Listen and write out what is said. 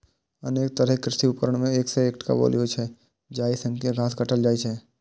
अनेक तरहक कृषि उपकरण मे सं एकटा बोलो होइ छै, जाहि सं घास काटल जाइ छै